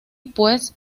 pues